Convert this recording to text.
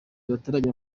bataragera